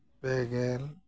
ᱯᱮᱜᱮᱞ